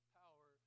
power